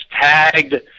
Tagged